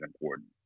important